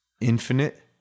infinite